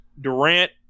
Durant